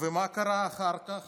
ומה קרה אחר כך?